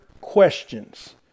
questions